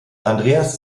andreas